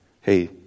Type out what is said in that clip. Hey